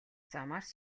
замаар